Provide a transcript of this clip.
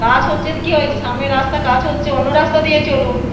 কাজ হচ্ছে তো কী হয়েছে সামনের রাস্তায় কাজ হচ্ছে অন্য রাস্তা দিয়ে চলুন